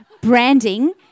branding